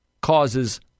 causes